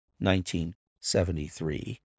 1973